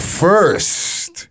first